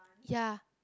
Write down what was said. ya